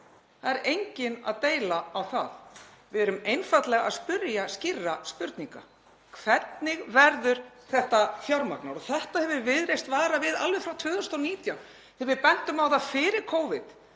Það er enginn að deila á það. Við erum einfaldlega að spyrja skýrrar spurningar: Hvernig verður þetta fjármagnað? Þessu hefur Viðreisn varað við alveg frá 2019, við bentum á það fyrir Covid